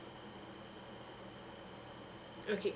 okay